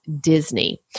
Disney